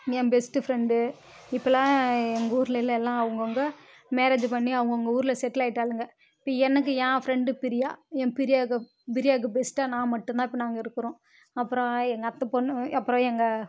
என் best friend இப்போலாம் எங்கள் ஊருலேலாம் எல்லாம் அவங்கவுங்க மேரேஜ்ஜூ பண்ணி எல்லாம் அவங்கவுங்க ஊரில் செட்டில் ஆகிட்டாலுங்க இப்போ எனக்கு என் ஃபிரண்டு பிரியா என் பிரியாக்கு பிரியாக்கு பெஸ்ட்டாக நான் மட்டுந்தான் இப்போ நாங்கள் இருக்கிறோம் அப்பறம் எங்கள் அத்தை பொண்ணு அப்பறம் எங்கள்